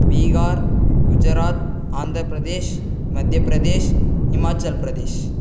Bihar Gujarat Andhra Pradesh Madhya Pradesh Himachal Pradesh